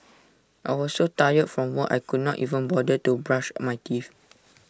I was so tired from work I could not even bother to brush my teeth